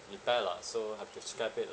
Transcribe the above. repair lah so have to scrap it